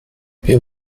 wir